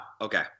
okay